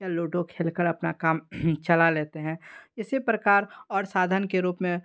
या लूडो खेल कर अपना काम चला लेतीं हैं इसी प्रकार और साधन के रूप में